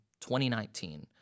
2019